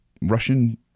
Russian